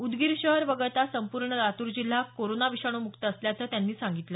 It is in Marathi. उदगीर शहर वगळता संपूर्ण लातूर जिल्हा कोरोना विषाणू मुक्त असल्याचं त्यांनी सांगितलं